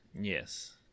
Yes